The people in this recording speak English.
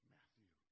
Matthew